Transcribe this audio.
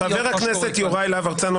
חבר הכנסת יוראי להב הרצנו,